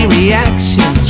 reaction